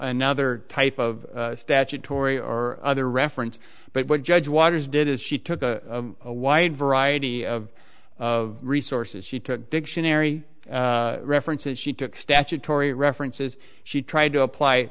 another type of statutory or other reference but what judge waters did is she took a wide variety of resources she took dictionary references she took statutory references she tried to apply